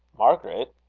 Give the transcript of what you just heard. margaret!